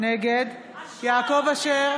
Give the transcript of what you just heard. נגד יעקב אשר,